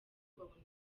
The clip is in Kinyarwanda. babona